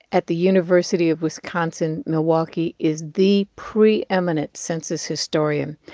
at the university of wisconsin-milwaukee, is the pre-eminent census historian.